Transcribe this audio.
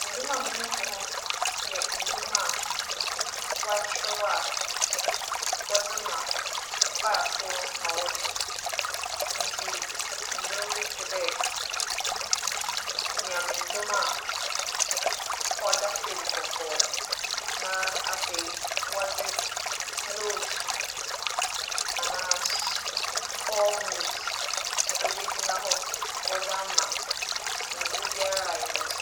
Ndwom a m'enyi gye ho yɛ ndwom a wͻakyerɛw a wͻdze ma 'ͻhoirfo' ma wͻto. Ntsi ndwom bi tse dɛ Nyame ndwom a ͻda famu bͻkͻͻ na afei, wͻdze nootu anaa 'sͻore note' wͻdze egyina hͻ wͻdze ama ndze biara a yɛbͻtow.